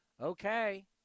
okay